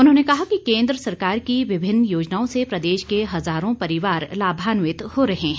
उन्होंने कहा कि केन्द्र सरकार की विभिन्न योजनाओं से प्रदेश के हजारों परिवार लाभान्वित हो रहे हैं